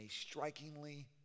strikingly